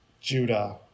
judah